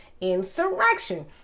insurrection